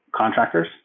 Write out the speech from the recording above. contractors